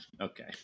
okay